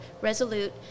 resolute